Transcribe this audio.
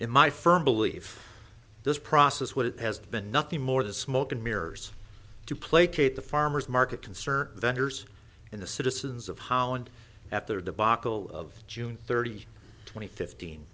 in my firm belief this process what it has been nothing more than smoke and mirrors to placate the farmer's market concern vendors and the citizens of holland at their debacle of june thirty twenty fifteen